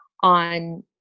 on